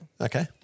Okay